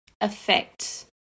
affect